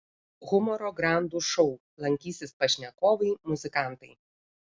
humoro grandų šou lankysis pašnekovai muzikantai